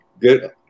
good